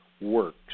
works